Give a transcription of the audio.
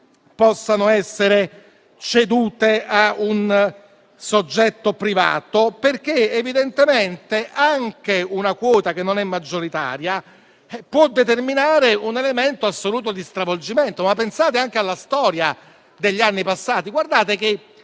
possa essere ceduto a un soggetto privato. Questo perché, evidentemente, anche una quota che non è maggioritaria può determinare un elemento assoluto di stravolgimento. Pensate anche alla storia degli anni passati. Il tema